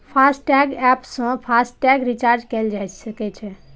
FASTag app सं FASTag recharge कैल जा सकै छै